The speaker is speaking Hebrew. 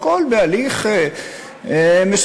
הכול בהליך מסודר.